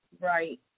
Right